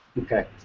Okay